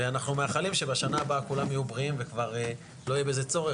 ואנחנו מאחלים שבשנה הבאה כולם יהיו בריאים וכבר לא יהיה בזה צורך,